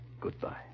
Goodbye